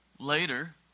Later